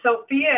Sophia